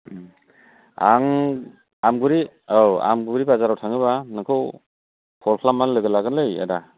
आं आमगुरि औ आमगुरि बाजाराव थाङोब्ला नोंखौ कल खालामनानै लोगो लागोन लै आदा